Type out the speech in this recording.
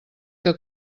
que